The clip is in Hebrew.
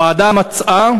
הוועדה מצאה